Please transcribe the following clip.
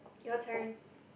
your turn